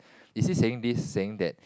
is he saying this saying that